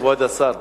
כבוד השר,